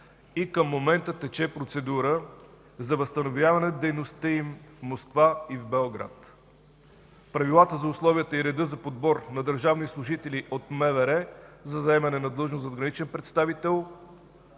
и към момента тече процедура за възстановяване дейността им в Москва и Белград. Правилата за условията и реда за подбор на държавни служители от МВР за заемане на длъжност „задграничен представител”,